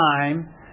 time